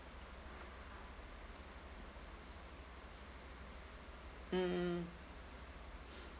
mm mm